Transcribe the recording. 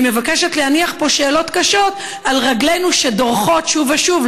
אני מבקשת להניח פה שאלות קשות על רגלינו שדורכות שוב ושוב,